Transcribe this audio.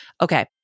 Okay